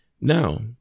Now